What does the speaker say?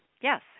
Yes